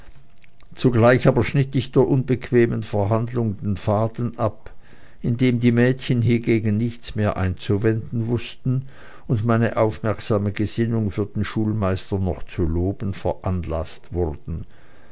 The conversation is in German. zugleich aber schnitt ich der unbequemen verhandlung den faden ab indem die mädchen hiegegen nichts mehr einzuwenden wußten und meine aufmerksame gesinnung für den schulmeister noch zu loben veranlaßt wurden